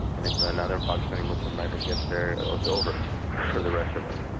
and if another pakistani-muslim writer gets there, it's over for the rest of us.